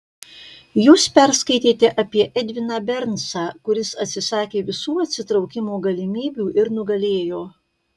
jūs perskaitėte apie edviną bernsą kuris atsisakė visų atsitraukimo galimybių ir nugalėjo